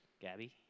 Gabby